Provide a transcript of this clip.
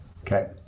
Okay